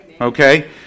Okay